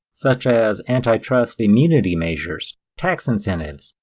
such as antitrust immunity measures, tax incentives,